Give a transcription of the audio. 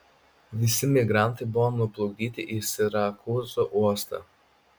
visi migrantai buvo nuplukdyti į sirakūzų uostą